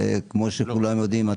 כמו שכולם יודעים,